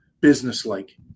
business-like